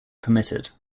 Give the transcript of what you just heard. permitted